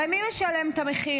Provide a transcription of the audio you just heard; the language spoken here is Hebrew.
הרי מי משלם את המחיר?